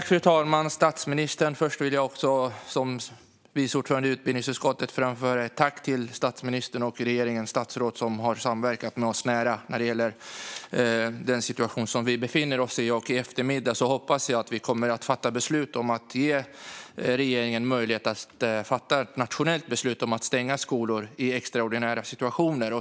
Fru talman och statsministern! Först vill jag som vice ordförande i utbildningsutskottet framföra ett tack till statsministern och regeringens statsråd, som har samverkat nära med oss när det gäller den situation vi befinner oss i. Jag hoppas att vi i eftermiddag kommer att fatta beslut om att ge regeringen möjlighet att fatta ett nationellt beslut om att stänga skolor i extraordinära situationer.